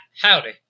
howdy